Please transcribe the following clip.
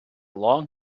long